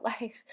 life